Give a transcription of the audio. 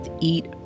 eat